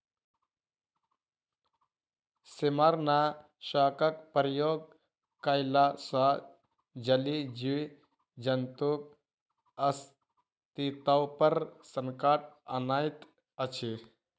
सेमारनाशकक प्रयोग कयला सॅ जलीय जीव जन्तुक अस्तित्व पर संकट अनैत अछि